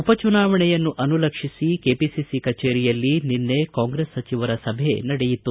ಉಪಚುನಾವಣೆಯನ್ನು ಅನುಲಕ್ಷಿಸಿ ಕೆಪಿಸಿಸಿ ಕಚೇರಿಯಲ್ಲಿ ನಿನ್ನೆ ಕಾಂಗ್ರೆಸ್ ಸಚಿವರ ಸಭೆ ನಡೆಯಿತು